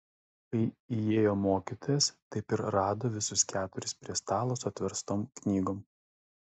kai įėjo mokytojas taip ir rado visus keturis prie stalo su atverstom knygom